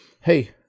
hey